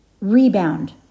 rebound